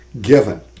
given